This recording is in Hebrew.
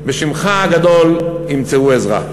בשמך הגדול ימצאו עזרה.